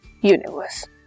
universe